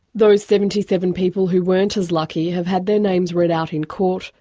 those seventy seven people who weren't as lucky have had their names read out in court,